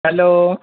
hello